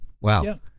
wow